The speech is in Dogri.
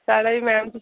साढ़ा बी मैम